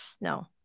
No